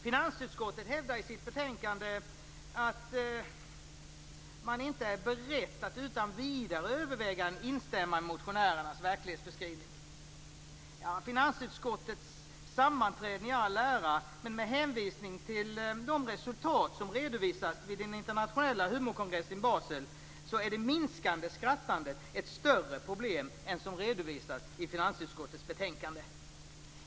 Finansutskottet hävdar i sitt betänkande att man inte utan vidare är beredd att överväga att instämma i motionärernas verklighetsbeskrivning. Finansutskottets sammanträden i all ära, men med hänvisning till de resultat som redovisades vid den internationella humorkongressen i Basel är det minskande skrattandet ett större problem än vad som redovisas i finansutskottets betänkande.